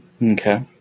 Okay